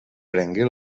prengué